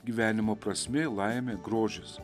gyvenimo prasmė laimė grožis